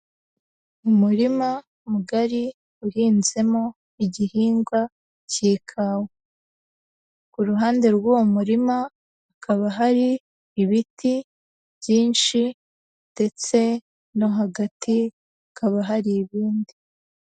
Umurima mugari uhinzemo igihingwa cy'ikawa, ku ruhande rw'uwo murima hakaba hari ibiti byinshindetse no hagati hakaba hari ibindi.